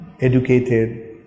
educated